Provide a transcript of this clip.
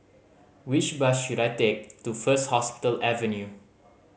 which bus should I take to First Hospital Avenue